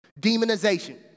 demonization